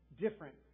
different